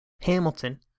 Hamilton